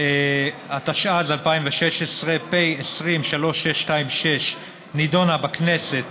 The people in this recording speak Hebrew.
התשע"ז 2016, פ/3626/20, נדונה בכנסת